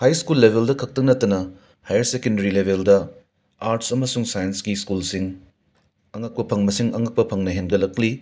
ꯍꯥꯏ school ꯂꯦꯕꯦꯜꯗ ꯈꯛꯇ ꯅꯠꯇꯅ ꯍꯥꯌꯔ ꯁꯦꯀꯦꯟꯗꯔꯤ ꯂꯦꯕꯦꯜꯗ ꯑꯥꯔꯠꯁ ꯑꯃꯁꯨꯡ ꯁꯥꯏꯟꯁꯀꯤ ꯁ꯭ꯀꯨꯜꯁꯤꯡ ꯑꯉꯛꯄ ꯐꯪ ꯃꯁꯤꯡ ꯑꯉꯛꯄ ꯐꯪꯅ ꯍꯦꯡꯒꯠꯂꯛꯂꯤ